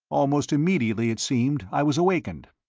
almost immediately, it seemed, i was awakened.